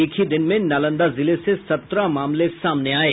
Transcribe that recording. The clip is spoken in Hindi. एक ही दिन में नालंदा जिले से सत्रह मामले सामने आये